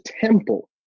temple